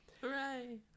Hooray